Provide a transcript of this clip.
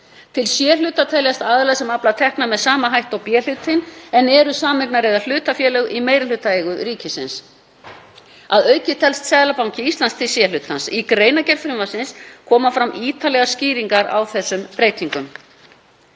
Til C-hluta teljast aðilar sem afla tekna með sama hætti og B-hlutinn en eru sameignar- eða hlutafélög í meirihlutaeigu ríkisins. Að auki telst Seðlabanki Íslands til C-hlutans. Í greinargerð frumvarpsins koma fram ítarlegar skýringar á þessum breytingum.